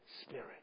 Spirit